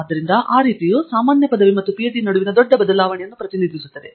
ಆದ್ದರಿಂದ ಆ ರೀತಿಯು ಸಾಮಾನ್ಯ ಪದವಿ ಮತ್ತು PhD ನಡುವಿನ ದೊಡ್ಡ ಬದಲಾವಣೆಯನ್ನು ಪ್ರತಿನಿಧಿಸುತ್ತದೆ